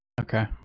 Okay